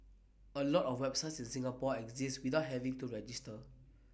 A lot of websites in Singapore exist without having to register